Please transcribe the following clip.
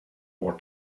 more